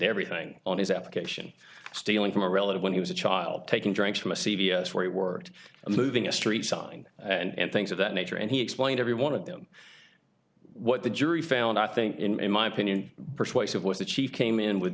everything on his application stealing from a relative when he was a child taking drinks from a c v s where he worked a moving a street sign and things of that nature and he explained every one of them what the jury found i think in my opinion persuasive was the chief came in with